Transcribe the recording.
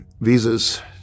visas